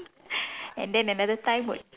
and then another time would